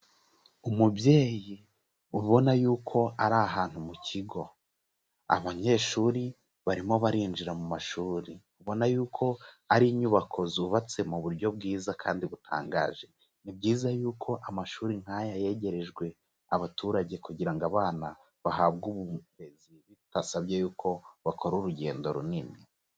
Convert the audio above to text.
Umubyeyi ubona yuko ari ahantu mu kigo, abanyeshuri barimo barinjira mu mashuri, ubona yuko ari inyubako zubatse mu buryo bwiza kandi butangaje. Ni byiza yuko amashuri nk'aya yegerejwe abaturage kugira ngo abana bahabwe uburezi bitasabye yuko bakora urugendo runini.